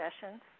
sessions